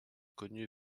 connu